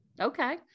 Okay